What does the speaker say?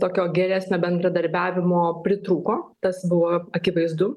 tokio geresnio bendradarbiavimo pritrūko tas buvo akivaizdu